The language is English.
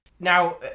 Now